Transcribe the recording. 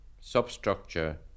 substructure